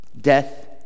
death